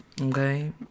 okay